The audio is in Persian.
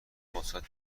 مثبت